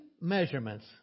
measurements